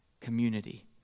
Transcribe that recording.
community